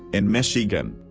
in michigan.